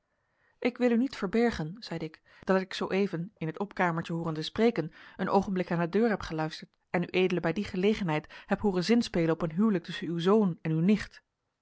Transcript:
ik wil u niet verbergen zeide ik dat ik zooeven in het opkamertje hoorende spreken een oogenblik aan de deur heb geluisterd en ued bij die gelegenheid heb hooren zinspelen op een huwelijk tusschen uw zoon en uw nicht